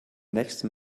nächsten